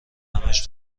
همش